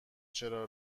چرا